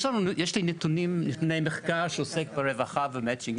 יש לי נתוני מחקר שעוסק ברווחה ומצ'ינג.